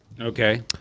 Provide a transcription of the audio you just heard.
Okay